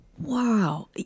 wow